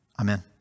amen